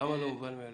למה לא מובן מאליו?